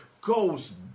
goes